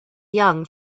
young